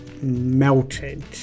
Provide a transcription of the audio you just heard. melted